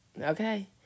okay